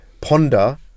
ponder